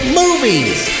movies